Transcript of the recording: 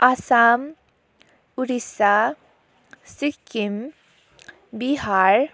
Assam Odisha Sikkim Bihar